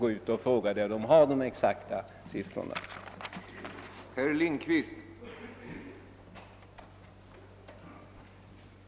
De exakta siffrorna kanske vi kan få senare, av dem som känner till dessa.